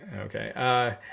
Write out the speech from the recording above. Okay